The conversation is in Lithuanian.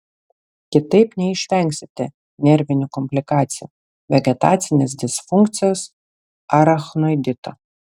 kitaip neišvengsite nervinių komplikacijų vegetacinės disfunkcijos arachnoidito